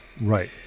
Right